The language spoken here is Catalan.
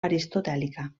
aristotèlica